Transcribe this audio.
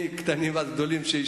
מקטנים ועד גדולים,